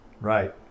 right